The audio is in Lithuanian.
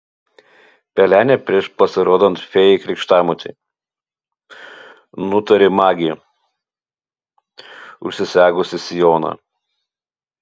pelenė prieš pasirodant fėjai krikštamotei nutarė magė užsisegusi sijoną